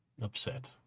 upset